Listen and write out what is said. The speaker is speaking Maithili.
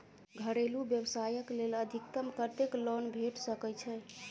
घरेलू व्यवसाय कऽ लेल अधिकतम कत्तेक लोन भेट सकय छई?